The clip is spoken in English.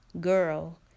girl